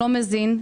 לא מזין,